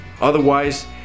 Otherwise